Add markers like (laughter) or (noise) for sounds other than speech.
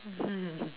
(laughs)